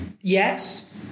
Yes